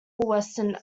western